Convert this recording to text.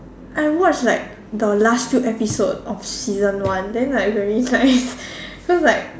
I would watch like the last few episodes of season one then like very nice cause like